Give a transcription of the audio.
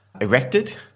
erected